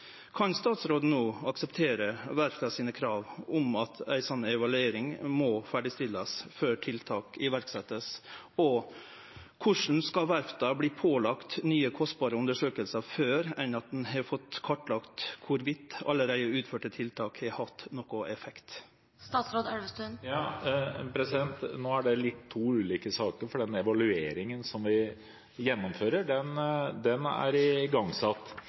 Kan statsråden no akseptere krava frå verfta om at ei slik evaluering må ferdigstillast før tiltak vert sette i verk? Og korleis kan verfta verte pålagde nye kostbare undersøkingar før ein har fått kartlagt om alle dei utførte tiltaka har hatt nokon effekt? Det er to litt ulike saker, for den evalueringen som vi skal gjennomføre, er igangsatt, og den er